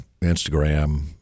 Instagram